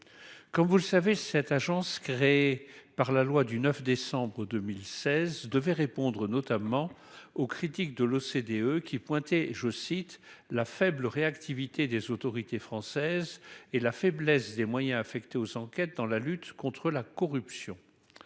comme vous le savez, cette agence créée par la loi du 9 décembre 2016 devait répondre notamment aux critiques de l'OCDE qui pointé je cite la faible réactivité des autorités françaises et la faiblesse des moyens affectés aux enquêtes dans la lutte contre la corruption.